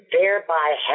thereby